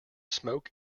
smoke